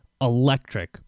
electric